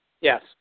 Yes